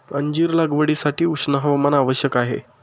अंजीर लागवडीसाठी उष्ण हवामान आवश्यक आहे